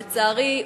לצערי,